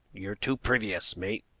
you're too previous, mate.